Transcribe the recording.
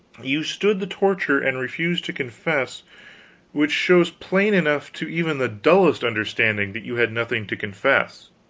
you stood the torture and refused to confess which shows plain enough to even the dullest understanding that you had nothing to confess